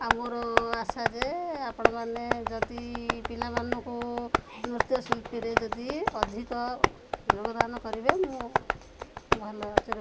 ଆଉ ମୋର ଆଶା ଯେ ଆପଣମାନେ ଯଦି ପିଲାମାନଙ୍କୁ ନୃତ୍ୟଶିଳ୍ପୀରେ ଯଦି ଅଧିକ ଯୋଗଦାନ କରିବେ ମୁଁ ଭଲ